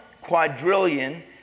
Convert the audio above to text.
quadrillion